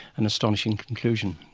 an astonishing conclusion,